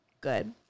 Good